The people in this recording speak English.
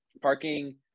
parking